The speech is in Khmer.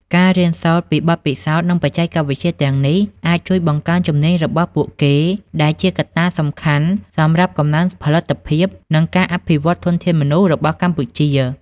ការរៀនសូត្រពីបទពិសោធន៍ និងបច្ចេកវិទ្យាទាំងនេះអាចជួយបង្កើនជំនាញរបស់ពួកគេ ដែលជាកត្តាសំខាន់សម្រាប់កំណើនផលិតភាព និងការអភិវឌ្ឍន៍ធនធានមនុស្សរបស់កម្ពុជា។